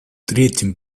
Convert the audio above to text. третьим